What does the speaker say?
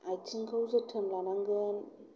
आथिंखौ जोथोन लानांगोन